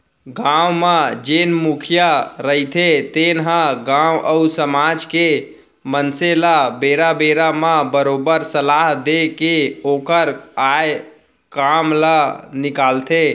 गाँव म जेन मुखिया रहिथे तेन ह गाँव अउ समाज के मनसे ल बेरा बेरा म बरोबर सलाह देय के ओखर आय काम ल निकालथे